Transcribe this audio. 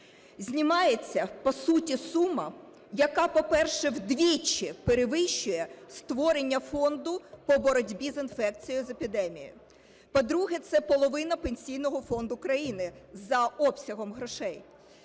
Знімається, по суті, сума яка, по-перше, вдвічі перевищує створення фонду по боротьбі з інфекцією з епідемією. По-друге, це половина Пенсійного фонду країни за обсягом грошей.